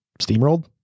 steamrolled